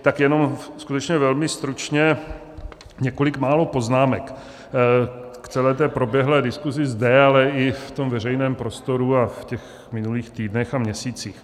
Tak jenom skutečně velmi stručně několik málo poznámek k celé té proběhlé diskuzi zde, ale i ve veřejném prostoru a v minulých týdnech a měsících.